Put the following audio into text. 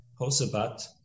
Hosabat